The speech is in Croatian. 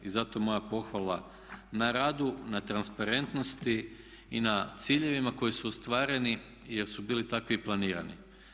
I zato moja pohvala na radu, na transparentnosti i na ciljevima koji su ostvareni jer su bili takvi i planirani.